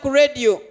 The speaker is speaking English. radio